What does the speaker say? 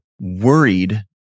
worried